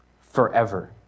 Forever